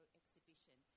exhibition